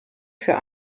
für